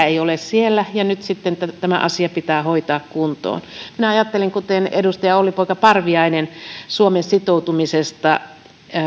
ei ole siellä ja nyt sitten tämä asia pitää hoitaa kuntoon minä ajattelen kuten edustaja olli poika parviainen suomen sitoutumisesta